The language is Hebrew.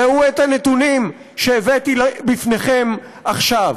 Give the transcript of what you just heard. ראו את הנתונים שהבאתי בפניכם עכשיו.